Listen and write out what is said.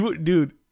Dude